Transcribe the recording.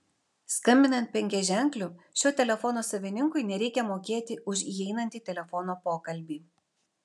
skambinant penkiaženkliu šio telefono savininkui nereikia mokėti už įeinantį telefono pokalbį